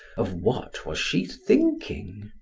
of what was she thinking?